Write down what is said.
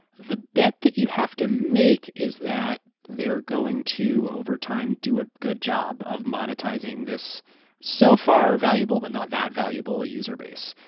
the bet that you have to make is that they're going to, over time, do a good job of monetizing this so far valuable but not that valuable user base.